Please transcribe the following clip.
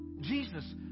Jesus